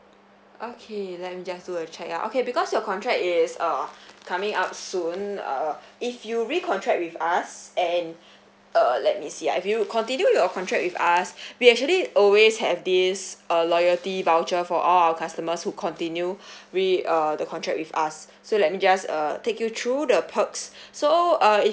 okay then we'll just do a check ah okay because your contract is uh coming up soon uh if you recontract with us and uh let me see uh if you continue your contract with us we actually always have this uh loyalty voucher for all our customers who continue re uh the contract with us so let me just uh take you through the perks so uh if